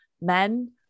men